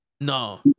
No